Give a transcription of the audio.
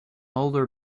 older